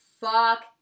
fuck